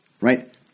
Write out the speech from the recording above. right